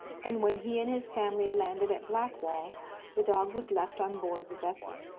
and when he and his family landed at blackwall the dog was left on board the vessel.